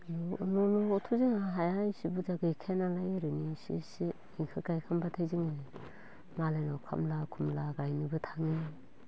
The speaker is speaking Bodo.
न'आवबोथ' जोंहा हाया इसि बुरजा गैखायानालाय ओरैनो इसे इसे इखो गायखांब्लाथाय जोङो मालायनाव खामला खुमला गायनोबो थाङो